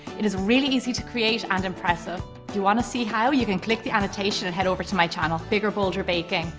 it is really easy to create and impressive. if you want to see how you can click the annotation and head over to my channel, bigger, bolder baking.